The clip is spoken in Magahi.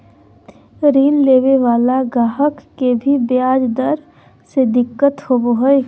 ऋण लेवे वाला गाहक के भी ब्याज दर से दिक्कत होवो हय